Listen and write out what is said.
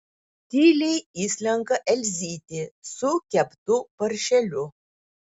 tyliai įslenka elzytė su keptu paršeliu